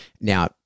Now